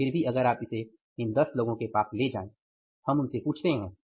तो फिर भी अगर आप इन 10 लोगों के पास जाएं हम उनसे पूछते हैं